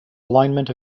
alignment